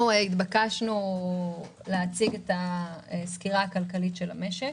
נתבקשנו להציג את הסקירה הכלכלית של המשק.